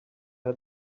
had